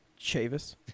Chavis